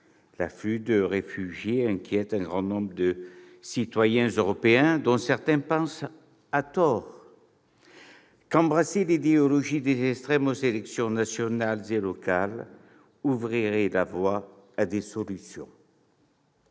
L'afflux de réfugiés inquiète un grand nombre de citoyens européens, dont certains pensent à tort qu'embrasser l'idéologie des extrêmes aux élections nationales et locales ouvrirait la voie à des solutions.